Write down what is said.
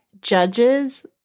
judges